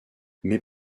mes